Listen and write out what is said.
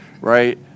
right